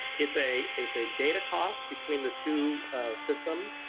it's a it's a data cost between the two systems,